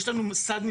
יש תפקיד אבל מצומצם.